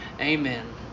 Amen